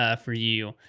ah for you.